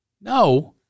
No